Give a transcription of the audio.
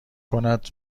کند